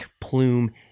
plume